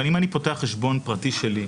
אבל אם אני פותח חשבון פרטי שלי,